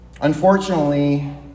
Unfortunately